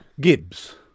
Gibbs